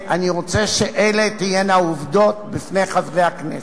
אני רוצה שאלה תהיינה העובדות בפני חברי הכנסת.